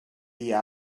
dia